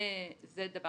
הדבר